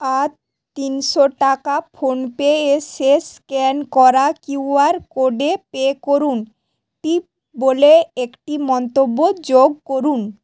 আজ তিনশো টাকা ফোনপে এ শেষ স্ক্যান করা কিউ আর কোডে পে করুন টিপ বলে একটি মন্তব্য যোগ করুন